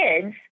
kids